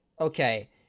Okay